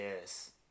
Yes